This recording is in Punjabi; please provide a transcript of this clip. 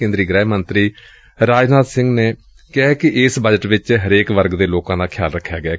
ਕੇਂਦਰੀ ਗੁਹਿ ਮੰਤਰੀ ਰਾਜਨਾਥ ਸਿੰਘ ਨੇ ਕਿਹੈ ਕਿ ਏਸ ਬਜਟ ਵਿਚ ਹਰੇਕ ਵਰਗ ਦੇ ਲੋਕਾਂ ਦਾ ਖਿਆਲ ਰਖਿਆ ਗਿਐ